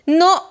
no